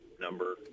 number